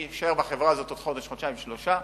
אני אשאר בחברה עוד חודש, חודשיים, שלושה,